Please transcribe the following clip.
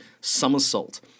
Somersault